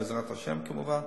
בעזרת השם כמובן,